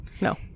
No